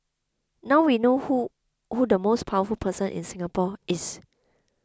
now we know who who the most powerful person in Singapore is